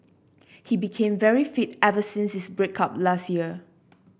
he became very fit ever since his break up last year